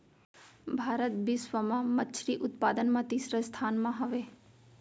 भारत बिश्व मा मच्छरी उत्पादन मा तीसरा स्थान मा हवे